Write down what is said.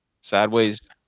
Sideways